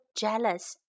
jealous